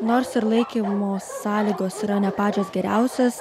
nors ir laikymo sąlygos yra ne pačios geriausios